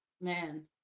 man